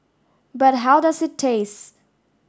but how does it taste